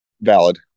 Valid